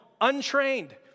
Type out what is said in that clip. untrained